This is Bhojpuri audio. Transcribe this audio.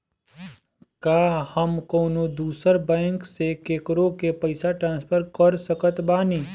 का हम कउनों दूसर बैंक से केकरों के पइसा ट्रांसफर कर सकत बानी?